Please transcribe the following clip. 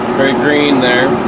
very green there.